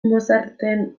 mozarten